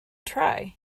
try